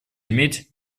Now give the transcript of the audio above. иметь